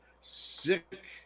sick